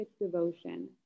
devotion